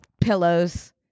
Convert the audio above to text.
Pillows